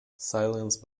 silence